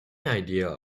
idea